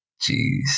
Jeez